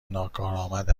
ناکارآمد